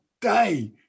day